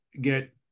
get